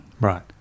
Right